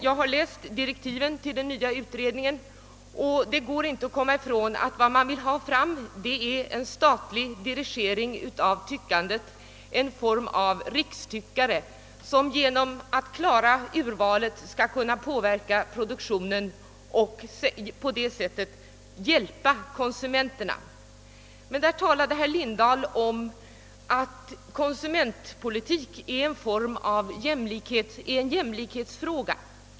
Jag har läst direktiven till den nya utredningen, och det går inte att komma ifrån att vad man vill ha fram är en statlig dirigering av tyckandet, en form av »rikstyckare», som genom att klara urvalet skall kunna påverka produktionen och på det sättet hjälpa konsumenterna. Emellertid talade herr Lindahl om att konsumentpolitik är en jämlikhetsfråga.